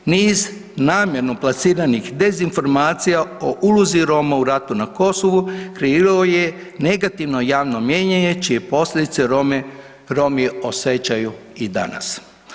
Niz namjerno plasiranih dezinformacija o ulozi Roma o ratu na Kosovu, kreiralo je negativno javno mnijenje čije posljedice Romi osjećaju i danas.